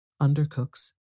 undercooks